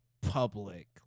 public